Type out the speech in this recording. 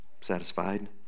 satisfied